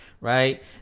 Right